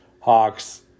Hawks